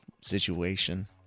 situation